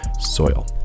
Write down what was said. soil